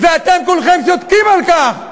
ואתם כולכם שותקים על כך.